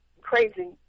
crazy